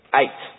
eight